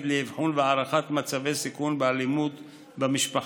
לאבחון והערכת מצבי סיכון באלימות במשפחה.